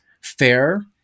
fair